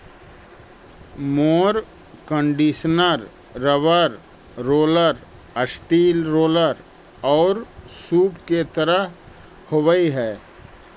mower conditioner rubber roller, steel roller औउर सूप के तरह के होवऽ हई